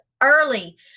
early